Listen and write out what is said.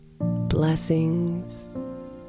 Blessings